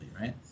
right